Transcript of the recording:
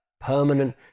permanent